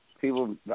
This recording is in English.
People